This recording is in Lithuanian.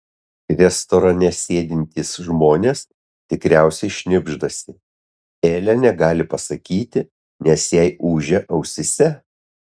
restorane sėdintys žmonės tikriausiai šnibždasi elė negali pasakyti nes jai ūžia ausyse